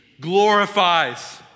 glorifies